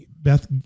Beth